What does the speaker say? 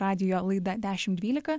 radijo laida dešim dvylika